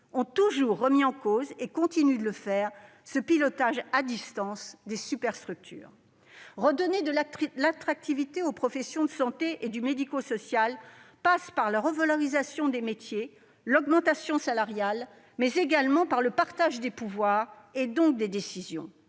l'ont toujours fait, de remettre en cause ce pilotage à distance par des superstructures. Redonner de l'attractivité aux professions de la santé et du médico-social passe par la revalorisation des métiers et l'augmentation salariale, mais aussi par le partage des pouvoirs et donc des décisions.